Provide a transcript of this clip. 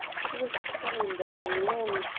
it was a sign that my long,